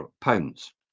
pounds